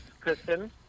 Kristen